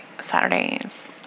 Saturdays